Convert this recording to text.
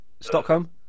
Stockholm